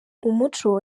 umuco